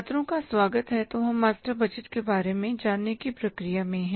छात्रों का स्वागत है तो हम मास्टर बजट के बारे में जानने की प्रक्रिया में हैं